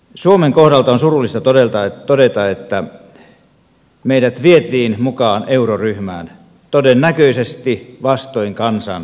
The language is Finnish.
suomen kohdalta on surullista todeta että meidät vietiin mukaan euroryhmään todennäköisesti vastoin kansan tahtoa